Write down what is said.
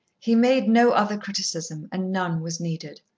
he made no other criticism, and none was needed.